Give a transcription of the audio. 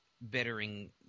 bettering